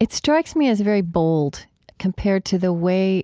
it strikes me as very bold compared to the way